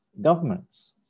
governments